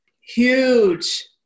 huge